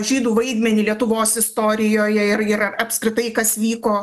žydų vaidmenį lietuvos istorijoje ir yra apskritai kas vyko